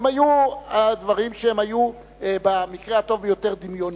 היו הדברים שהיו במקרה הטוב ביותר דמיוניים.